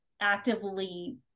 actively